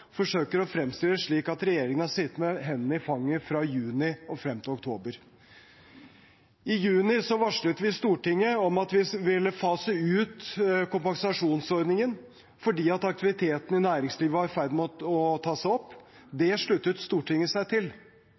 forsøker å fremstille det slik at regjeringen har sittet med hendene i fanget fra juni og frem til oktober. I juni varslet vi Stortinget om at vi ville fase ut kompensasjonsordningen, fordi aktiviteten i næringslivet var i ferd med å ta seg opp. Det sluttet Stortinget seg til.